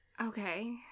Okay